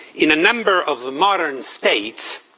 in a number of modern states,